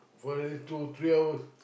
forty two three hours